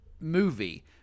movie